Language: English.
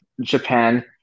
Japan